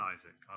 Isaac